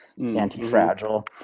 anti-fragile